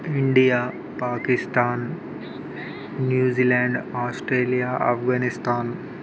India Pakistan New Zealand Australia Afghanistan